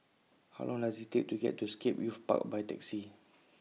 How Long Does IT Take to get to Scape Youth Park By Taxi